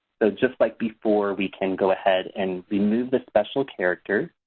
so just like before, we can go ahead and remove the special character